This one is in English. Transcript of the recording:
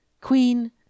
Queen